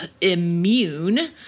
immune